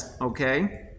Okay